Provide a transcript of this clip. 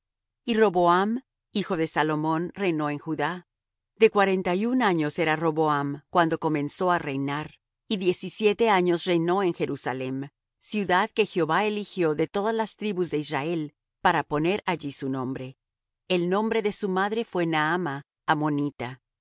su hijo y roboam hijo de salomón reinó en judá de cuarenta y un años era roboam cuando comenzó á reinar y diecisiete años reinó en jerusalem ciudad que jehová eligió de todas las tribus de israel para poner allí su nombre el nombre de su madre fué naama ammonita